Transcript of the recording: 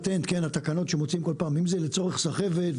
התקנות שמוצאים כל פעם זה לצורך סחבת,